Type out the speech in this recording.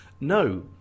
no